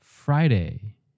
Friday